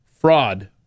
fraud